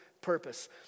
purpose